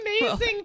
amazing